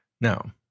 Now